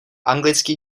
anglický